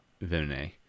Vene